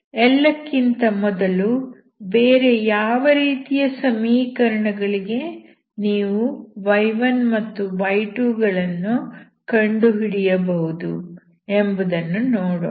ಎಲ್ಲಕ್ಕಿಂತ ಮೊದಲು ಬೇರೆ ಯಾವ ರೀತಿಯ ಸಮೀಕರಣಗಳಿಗೆ ನೀವು y1 ಮತ್ತು y2 ಗಳನ್ನು ಕಂಡುಹಿಡಿಯಬಹುದು ಎಂಬುದನ್ನು ನೋಡೋಣ